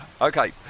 Okay